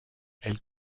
elle